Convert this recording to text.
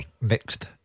Mixed